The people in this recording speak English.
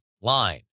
line